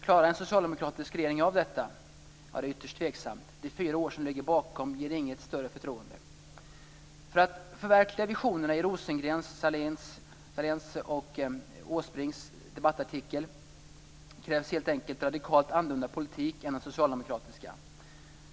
Klarar en socialdemokratisk regering av detta? Det är ytterst tveksamt. De fyra år som ligger bakom inger inget större förtroende. För att förverkliga visionerna i Rosengrens, Sahlins och Åsbrinks debattartikel krävs helt enkelt en radikalt annorlunda politik än den socialdemokratiska.